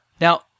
Now